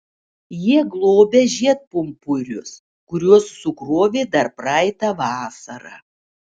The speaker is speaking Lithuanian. jie globia žiedpumpurius kuriuos sukrovė dar praeitą vasarą